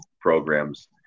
programs